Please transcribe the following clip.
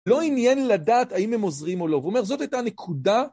לא עניין לדעת האם הם עוזרים או לא, הוא אומר, זאת הייתה נקודה.